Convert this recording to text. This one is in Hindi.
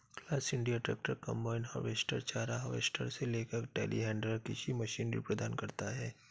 class India tractor, combine harvester, चारा हार्वेस्टर से लेकर टेलीहैंडलर कृषि मशीनरी प्रदान करता है